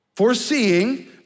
foreseeing